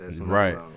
Right